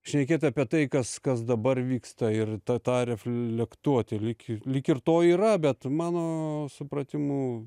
šnekėt apie tai kas kas dabar vyksta ir tą tą reflektuoti lyg lyg ir to yra bet mano supratimu